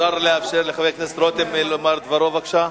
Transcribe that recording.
אפשר לאפשר לחבר הכנסת רותם לומר את דברו, בבקשה?